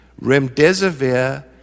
Remdesivir